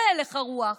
זה הלך הרוח.